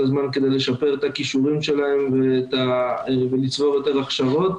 הזמן כדי לשפר את הכישורים שלהם ולצבור יותר הכשרות.